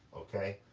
okay?